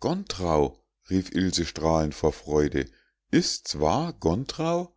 gontrau rief ilse strahlend vor freude ist's wahr